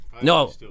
No